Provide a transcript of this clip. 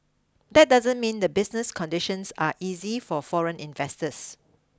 that doesn't mean the business conditions are easy for foreign investors